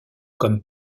comme